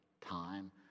time